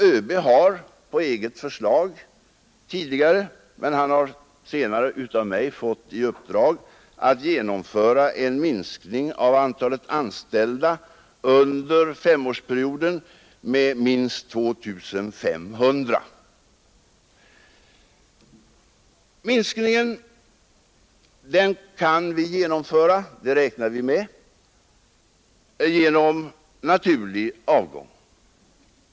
Överbefälhavaren har fått i uppdrag av mig att under femårsperioden genomföra en minskning av antalet anställda med minst 2500. Vi räknar med att kunna genomföra denna minskning genom naturlig avgång.